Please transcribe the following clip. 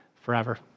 forever